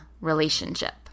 relationship